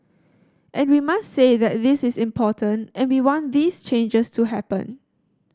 and we must say that this is important and we want these changes to happen